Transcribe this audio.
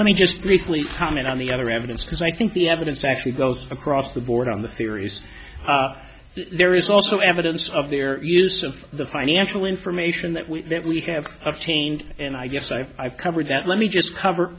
let me just briefly comment on the other evidence because i think the evidence actually goes across the board on the theories there is also evidence of their use of the financial information that we that we have obtained and i guess i covered that let me just cover